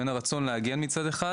השכחה